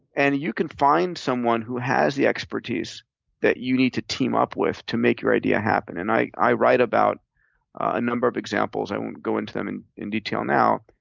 and you can find someone who has the expertise that you need to team up with to make your idea happen. and i i write about a number of examples. i won't go into them in in detail now,